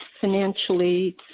financially